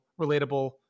relatable